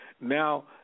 now